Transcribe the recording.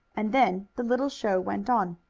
and then the little show went on.